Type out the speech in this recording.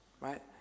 right